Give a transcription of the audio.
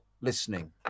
listening